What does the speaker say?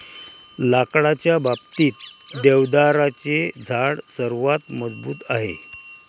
लाकडाच्या बाबतीत, देवदाराचे झाड सर्वात मजबूत आहे